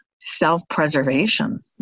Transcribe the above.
self-preservation